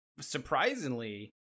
surprisingly